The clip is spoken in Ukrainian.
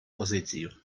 позицію